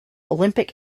olympic